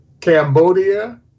Cambodia